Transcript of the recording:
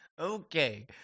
Okay